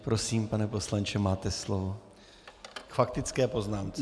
Prosím, pane poslanče, máte slovo k faktické poznámce.